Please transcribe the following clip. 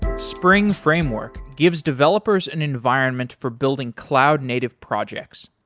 spring framework gives developers an environment for building cloud native projects.